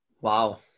Wow